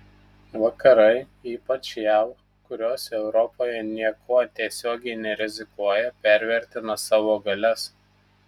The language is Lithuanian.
vakarai ypač jav kurios europoje niekuo tiesiogiai nerizikuoja pervertino savo galias